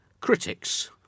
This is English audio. critics